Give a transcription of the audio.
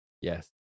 Yes